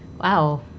Wow